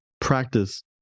practice